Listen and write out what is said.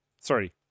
sorry